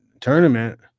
tournament